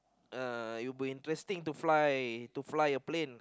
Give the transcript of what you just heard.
uh it will be interesting to fly to fly a plane